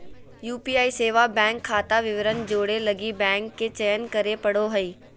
UPI सेवा bank खाता विवरण जोड़े लगी बैंक के चयन करे पड़ो हइ